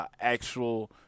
actual